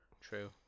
true